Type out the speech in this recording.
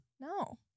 No